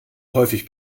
häufig